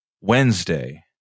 Wednesday